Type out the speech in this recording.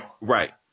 Right